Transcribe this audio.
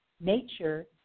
nature